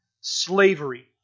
slavery